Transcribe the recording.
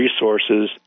resources